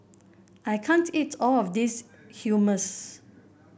I can't eat all of this Hummus